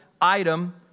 item